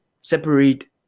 separate